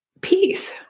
peace